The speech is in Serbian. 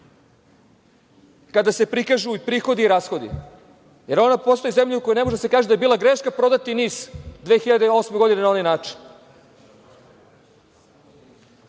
kada se prikažu prihodi i rashodi, jer ona postaje zemlja u kojoj ne može da se kaže da je bila greška prodati NIS 2008. godine na onaj način?